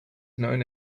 known